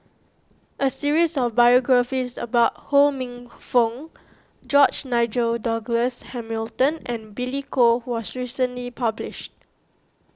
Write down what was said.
a series of biographies about Ho Minfong George Nigel Douglas Hamilton and Billy Koh was recently published